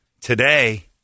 Today